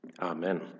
Amen